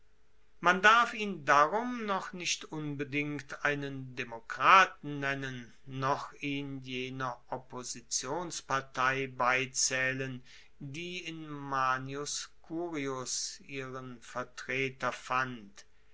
man darf ihn darum noch nicht unbedingt einen demokraten nennen noch ihn jener oppositionspartei beizaehlen die in manius curius ihren vertreter fand